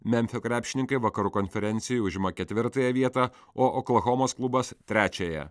memfio krepšininkai vakarų konferencijoj užima ketvirtąją vietą o oklahomos klubas trečiąją